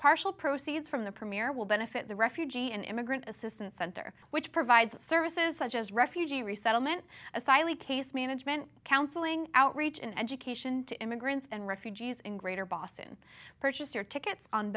partial proceeds from the premiere will benefit the refugee and immigrant assistance center which provides services such as refugee resettlement asylum case management counseling outreach and education to immigrants and refugees in greater boston purchase or tickets on